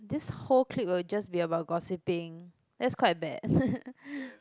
this whole clique will just be about gossiping that's quite bad